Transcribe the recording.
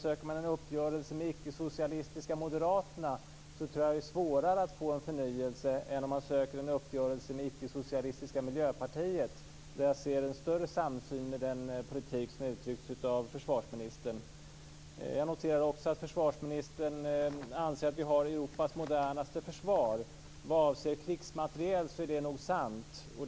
Söker man en uppgörelse med icke-socialistiska Moderaterna är det svårare att få en förnyelse än om man söker en uppgörelse med ickesocialistiska Miljöpartiet, där jag ser en större samsyn med den politik som uttryckts av försvarsministern. Jag noterade också att försvarsministern anser att vi har Europas modernaste försvar. Vad avser krigsmateriel är det nog sant.